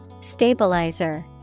Stabilizer